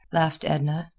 laughed edna.